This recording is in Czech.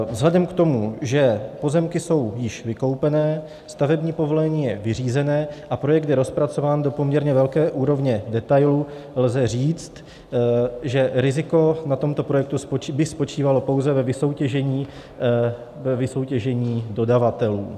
Vzhledem k tomu, že pozemky jsou již vykoupené, stavební povolení je vyřízené a projekt je rozpracován do poměrně velké úrovně detailů, lze říct, že riziko na tomto projektu by spočívalo pouze ve vysoutěžení dodavatelů.